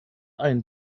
ein